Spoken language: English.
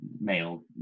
male